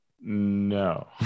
No